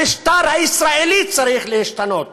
המשטר הישראלי צריך להשתנות